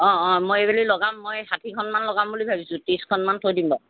অঁ অঁ মই এইবেলি লগাম মই ষাঠিখনমান লগাম বুলি ভাবিছোঁ ত্ৰিছখনমান থৈ দিম বাৰু